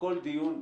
בכל דיון,